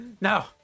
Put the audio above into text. No